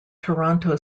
toronto